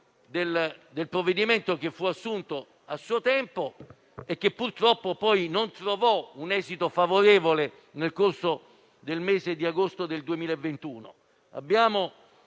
del provvedimento che fu assunto a suo tempo e che purtroppo, poi, non trovò un esito favorevole nel corso del mese di agosto 2021. In